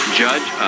judge